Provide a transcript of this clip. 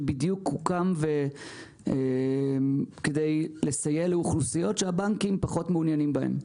שבדיוק הוקם כדי לסייע לאוכלוסיות שהבנקים פחות מעוניינים בהן.